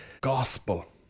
gospel